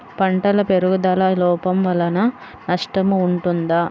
పంటల పెరుగుదల లోపం వలన నష్టము ఉంటుందా?